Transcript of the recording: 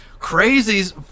crazies